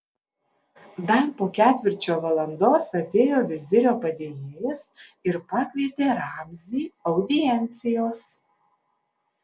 dar po ketvirčio valandos atėjo vizirio padėjėjas ir pakvietė ramzį audiencijos